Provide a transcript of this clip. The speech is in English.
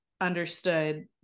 understood